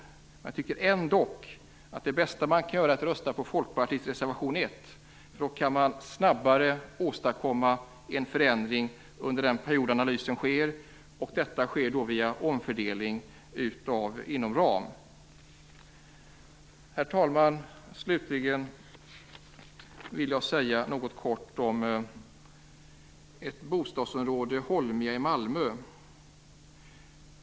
Men jag tycker ändå att det bästa man kan göra är att rösta på Folkpartiets reservation 1. Då kan en snabbare förändring åstadkommas under den period analysen sker. Detta sker via omfördelning inom ram. Herr talman! Slutligen vill jag säga något kort om ett bostadsområde i Malmö som heter Holma.